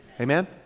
Amen